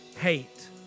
hate